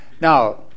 Now